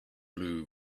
blue